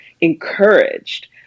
encouraged